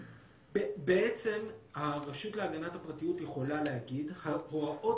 בעצם הרשות להגנת הפרטיות יכולה להגיד: הוראות